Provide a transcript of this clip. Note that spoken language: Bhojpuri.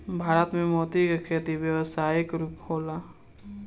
भारत में मोती के खेती व्यावसायिक रूप होला